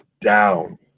down